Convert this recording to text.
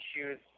issues